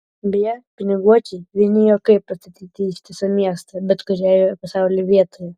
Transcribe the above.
beje piniguočiui vieni juokai pastatyti ištisą miestą bet kurioje pasaulio vietoje